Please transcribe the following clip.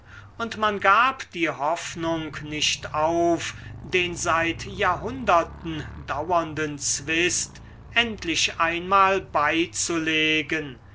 und man gab die hoffnung nicht auf den seit jahrhunderten dauernden zwist endlich einmal beizulegen